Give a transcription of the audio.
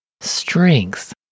strength